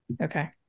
Okay